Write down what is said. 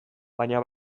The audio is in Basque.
baina